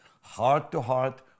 heart-to-heart